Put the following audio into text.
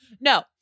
No